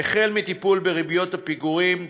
החל מטיפול בריביות הפיגורים,